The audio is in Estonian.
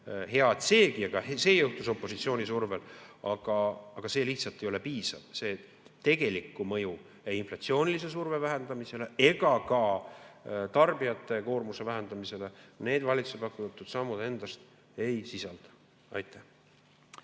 et seegi, see juhtus opositsiooni survel, aga see lihtsalt ei ole piisav. Tegelikku mõju ei inflatsioonilise surve vähendamisele ega ka tarbijate koormuse vähendamisele need valitsuse pakutud sammud endas ei sisalda. Jürgen